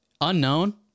unknown